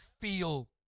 feel